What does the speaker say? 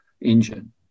engine